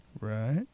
Right